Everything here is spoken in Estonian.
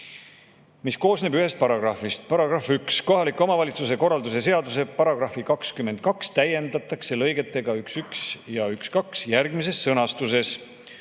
koosneb ühest paragrahvist: "§ 1. Kohaliku omavalitsuse korralduse seaduse paragrahvi 22 täiendatakse lõigetega 11ja 12järgmises sõnastuses: